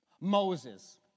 Moses